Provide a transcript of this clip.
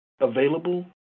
available